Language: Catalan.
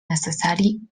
necessari